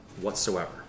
whatsoever